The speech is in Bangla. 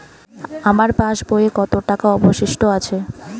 আমার পাশ বইয়ে কতো টাকা অবশিষ্ট আছে?